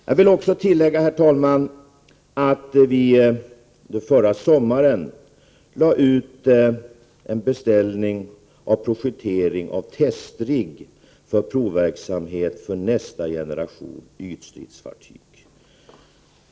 Jag vill också tillägga, herr talman, att vi under förra sommaren lade ut en beställning på en projektering av en testrigg för en provverksamhet för nästa generation ytstridsfartyg.